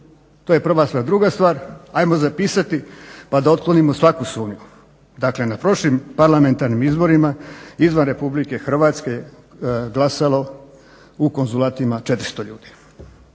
To je prva stvar. Druga stvar, ajmo zapisati pa da otklonimo svaku sumnju. Dakle na prošlim parlamentarnim izborima izvan RH glasalo u konzulatima 400 ljudi.